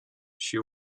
she